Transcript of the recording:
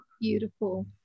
beautiful